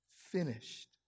finished